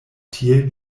tiel